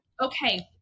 Okay